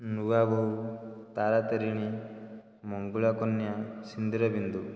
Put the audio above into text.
ନୂଆ ବୋହୁ ତାରା ତାରିଣୀ ମଙ୍ଗୁଳା କନ୍ୟା ସିନ୍ଦୂର ବିନ୍ଦୁ